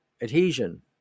adhesion